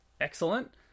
excellent